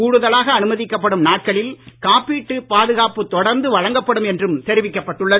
கூடுதலாக அனுமதிக்கப்படும் நாட்களில் காப்பீட்டு பாதுகாப்பு தொடர்ந்து வழங்கப்படும் என்றும் தெரிவிக்கப்பட்டுள்ளது